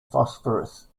phosphorus